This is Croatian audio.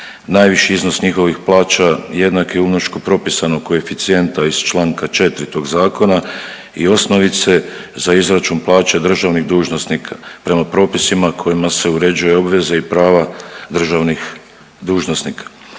Najviši iznos njihovih plaća jednak je umnošku propisanog koeficijenta iz Članka 4. tog zakona i osnovice za izračun plaća državnih dužnosnika prema propisima kojima se uređuje obveza i prava državnih dužnosnika.